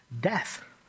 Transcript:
death